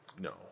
No